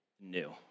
new